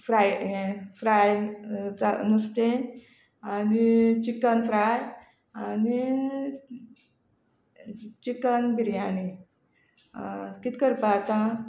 fry हे fry नुस्तें आनी चिकन फ्राय आनी चिकन बिर्याणी कित करपा आतां